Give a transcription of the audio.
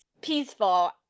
peaceful